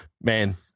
man